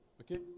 Okay